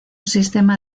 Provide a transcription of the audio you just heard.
sistema